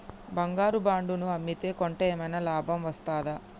బంగారు బాండు ను అమ్మితే కొంటే ఏమైనా లాభం వస్తదా?